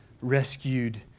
rescued